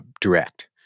direct